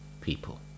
people